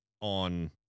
on